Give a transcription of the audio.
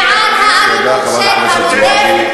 וגם האלימות של הכובש,